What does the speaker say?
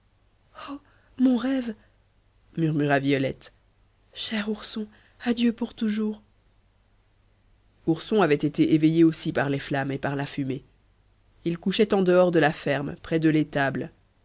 mon rêve murmura violette cher ourson adieu pour toujours ourson avait été éveillé aussi par les flammes et par la fumée il couchait en dehors de la ferme près de l'étable